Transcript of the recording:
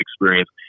experience